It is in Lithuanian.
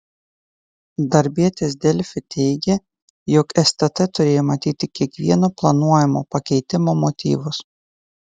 darbietis delfi teigė jog stt turėjo matyti kiekvieno planuojamo pakeitimo motyvus